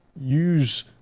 use